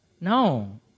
No